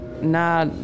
Nah